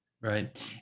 Right